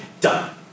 done